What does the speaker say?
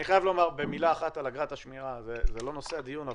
אני חייב לומר במילה אחת על אגרת השמירה זה לא נושא הדיון,